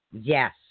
Yes